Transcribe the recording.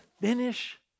finish